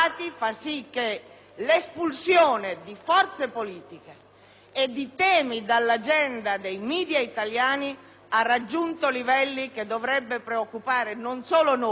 ha raggiunto livelli che dovrebbero preoccupare non solo noi, ma penso tutti e anche tutti voi. Conoscere per deliberare non è dato